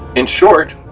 in short,